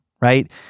right